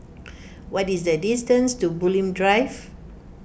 what is the distance to Bulim Drive